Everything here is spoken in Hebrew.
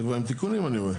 זה כבר עם תיקונים אני רואה.